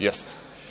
Jeste.